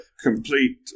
complete